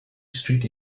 street